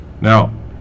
Now